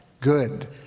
good